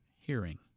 hearing